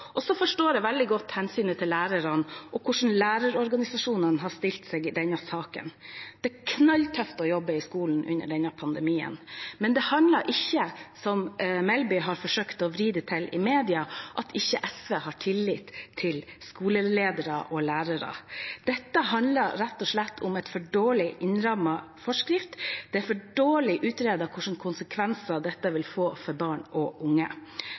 forstår jeg veldig godt hensynet til lærerne og hvordan lærerorganisasjonene har stilt seg i denne saken. Det er knalltøft å jobbe i skolen under denne pandemien, men det handler ikke om, som Melby har forsøkt å vri det til i mediene, at ikke SV har tillit til skoleledere og lærere. Dette handler rett og slett om en for dårlig innrammet forskrift. Det er for dårlig utredet hvilke konsekvenser dette vil få for barn og unge.